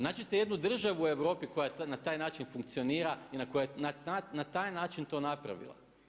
Nađite jednu državu u Europi koja na taj način funkcionira i na taj način to napravila.